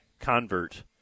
convert